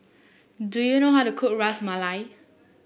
do you know how to cook Ras Malai